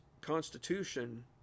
constitution